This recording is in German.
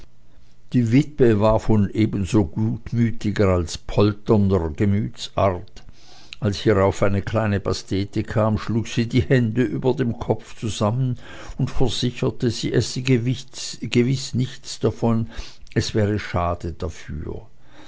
die witwe war von ebenso gutmütiger als polternder gemütsart als hierauf eine kleine pastete kam schlug sie die hände über dem kopfe zusammen und versicherte sie esse gewiß nichts davon es wäre schade dafür